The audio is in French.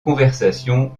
conversation